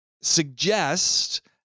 suggest